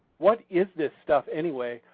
what is this stuff anyway?